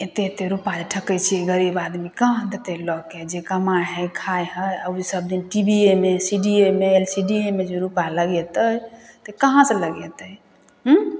एतेक एतेक रुपा जे ठकै छिए गरीब आदमी कहाँ देतै लऽके जे कमाइ हइ खाइ हइ आओर ओ सबदिन टी भी ए मे सी डी ए मे एल सी डी ए मे जे रुपा लगेतै तऽ कहाँ से लगेतै उँ